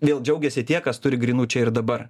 vėl džiaugiasi tie kas turi grynų čia ir dabar